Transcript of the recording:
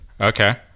Okay